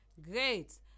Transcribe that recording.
Great